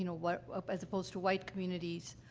you know what as opposed to white communities.